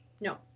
No